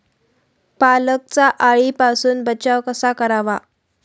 पालकचा अळीपासून बचाव कसा करावा?